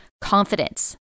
confidence